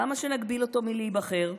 למה שנגביל אותו מלהיבחר?